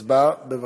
הצבעה, בבקשה.